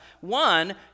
one